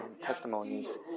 testimonies